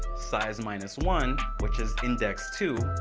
size minus one, which is index two,